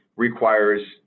requires